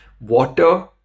water